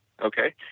Okay